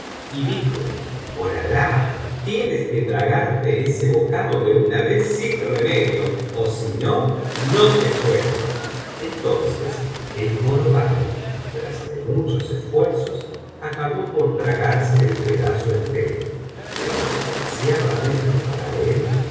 y dijo por alahf tienes que tragarte ese bocado de una vez sin remedio ó si no no te suelto entonces el jorobado tras de muchos esfuerzos acabó por tragarse el pedazo entero pero desgraciadamente para él